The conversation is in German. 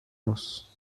muss